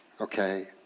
okay